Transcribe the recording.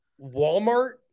Walmart